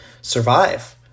survive